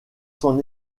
son